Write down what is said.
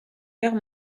guerre